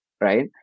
right